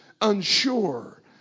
unsure